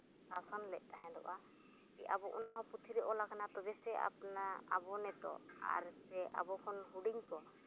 ᱥᱟᱥᱚᱱ ᱞᱮᱫ ᱛᱟᱦᱮᱸᱜᱼᱟ ᱠᱤ ᱟᱵᱚ ᱚᱱᱟᱦᱚᱸ ᱯᱩᱛᱷᱤ ᱨᱮ ᱚᱞᱟᱠᱟᱱᱟ ᱛᱚᱵᱮ ᱥᱮ ᱟᱯᱱᱟ ᱟᱵᱚ ᱱᱤᱛᱳᱜ ᱟᱨ ᱥᱮ ᱟᱵᱚ ᱠᱷᱚᱱ ᱦᱩᱰᱤᱧ ᱠᱚ